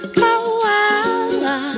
koala